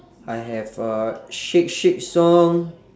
I have uh shake shake song